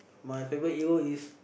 my favourite hero is